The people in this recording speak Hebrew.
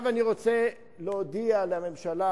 אני רוצה להודיע לממשלה